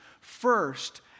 first